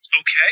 Okay